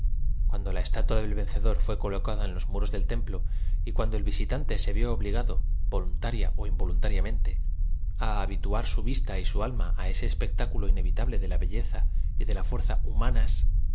cuando la estatua del vencedor fué colocada en los muros del templo y cuando el visitante se v ió obligado voluntaria ó invo luntarlamente á habituar su vista y su alma á ese es pectáculo inevitable de la belleza y de la fuerza humanae